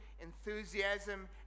enthusiasm